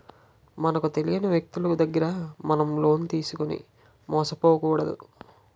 మనకు తెలియని వ్యక్తులు దగ్గర మనం లోన్ తీసుకుని మోసపోకూడదు